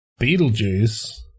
Beetlejuice